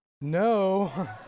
No